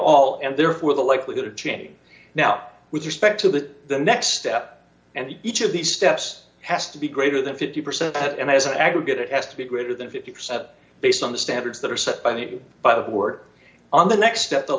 all and therefore the likelihood of change now with respect to the next step and each of these steps has to be greater than fifty percent and as an aggregate it has to be greater than fifty percent based on the standards that are set by the by the work on the next step the